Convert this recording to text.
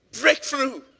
Breakthrough